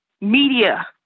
media